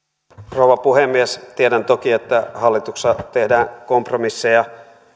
rouva puhemies tiedän toki että hallituksessa tehdään kompromisseja